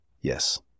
Yes